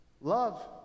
love